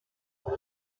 how